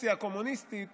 ברוסיה הקומוניסטית